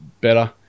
better